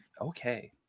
okay